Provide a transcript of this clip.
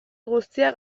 guztia